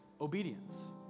obedience